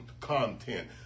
content